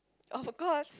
of course